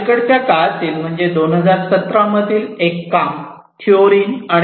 अलीकडच्या काळातील म्हणजे 2017 मधील एक काम थिओरिन Theorin et al